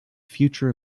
future